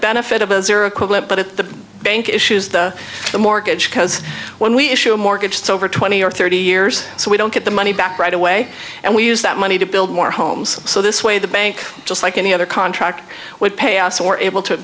benefit of those are equivalent but at the bank issues the the mortgage because when we issue a mortgage so over twenty or thirty years so we don't get the money back right away and we use that money to build more homes so this way the bank just like any other contract with payoffs or able to